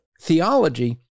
theology